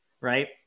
right